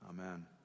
amen